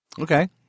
Okay